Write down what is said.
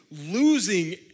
losing